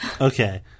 Okay